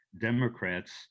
Democrats